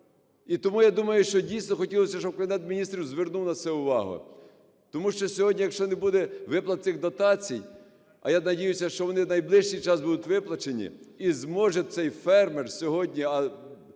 І тому я думаю, що, дійсно, хотілося, щоб Кабінет Міністрів звернув на це увагу. Тому що сьогодні, якщо не буде виплат цих дотацій, а я надіюся, що вони найближчий час будуть виплачені, і зможе цей фермер сьогодні,